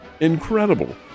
Incredible